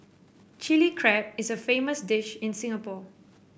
Chilli Crab is a famous dish in Singapore